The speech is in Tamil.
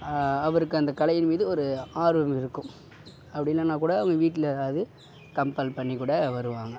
அவருக்கு அந்த கலையின் மீது ஒரு ஆர்வம் இருக்கும் அப்படி இல்லைன்னா கூட அவங்க வீட்டில் எதாவது கம்பல் பண்ணி கூட வருவாங்க